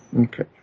Okay